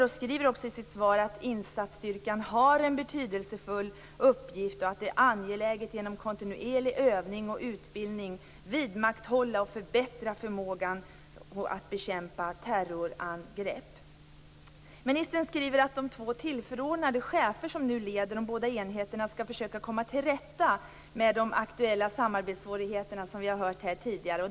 Hon skriver i sitt svar att insatsstyrkan har en betydelsefull uppgift och att det är angeläget att genom kontinuerlig övning vidmakthålla och förbättra förmågan att bekämpa terrorangrepp. Ministern skriver att de två tillförordnade chefer som nu leder de båda enheterna skall försöka komma till rätta med de aktuella samarbetssvårigheter som vi har hört om tidigare.